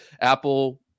Apple